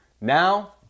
Now